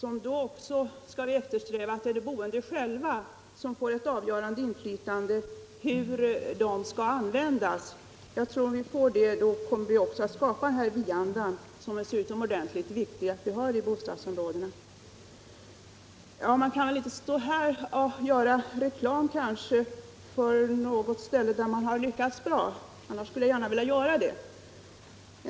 Vi måste emellertid eftersträva att de boende själva får ett avgörande inflytande över hur dessa pengar används. Om det blir fallet, kommer vi också att skapa den här vi-andan, som är så utomordentligt viktig i bostadsområdena. Jag bör väl inte här göra reklam för områden där man har lyckats bra. Annars skulle jag gärna vilja göra det.